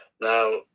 Now